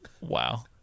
Wow